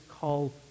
call